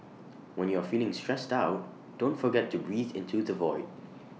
when you are feeling stressed out don't forget to breathe into the void